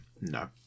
No